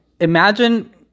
imagine